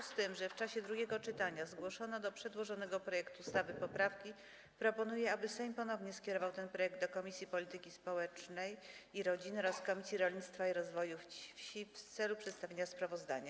W związku z tym, że w czasie drugiego czytania zgłoszono do przedłożonego projektu ustawy poprawki, proponuję, aby Sejm ponownie skierował ten projekt do Komisji Polityki Społecznej i Rodziny oraz Komisji Rolnictwa i Rozwoju Wsi w celu przedstawienia sprawozdania.